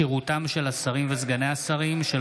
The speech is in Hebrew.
(כשירותם של השרים וסגני השרים) של